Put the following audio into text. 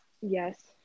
Yes